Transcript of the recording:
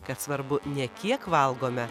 kad svarbu ne kiek valgome